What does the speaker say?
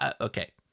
Okay